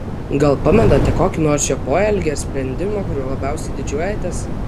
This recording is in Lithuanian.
gal pamenate kokį nors jo poelgį ar sprendimą kuriuo labiausiai didžiuojatės